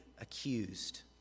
accused